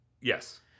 Yes